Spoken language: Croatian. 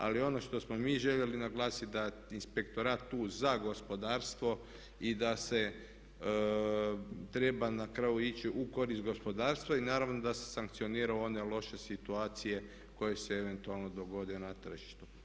Ali ono što smo mi željeli naglasiti da inspektorat tu za gospodarstvo i da se treba na kraju ići u korist gospodarstva i naravno da se sankcioniraju one loše situacije koje se eventualno dogode na tržištu.